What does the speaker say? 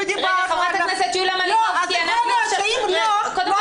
ודיברנו --- חברת הכנסת יוליה מלינובסקי --- אם לא --- קודם כול,